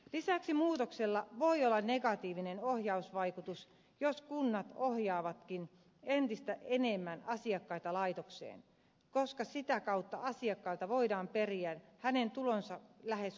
lisäksi muutoksella voi olla negatiivinen ohjausvaikutus jos kunnat ohjaavatkin entistä enemmän asiakkaita laitokseen koska sitä kautta asiakkaalta voidaan periä hänen tulonsa lähes kokonaan asiakasmaksuna